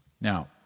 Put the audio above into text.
Now